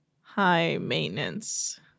high-maintenance